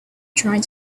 trying